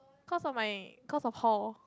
cause of my cause of hall